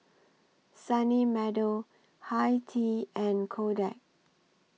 Sunny Meadow Hi Tea and Kodak